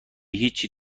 هیچی